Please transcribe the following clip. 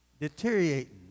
deteriorating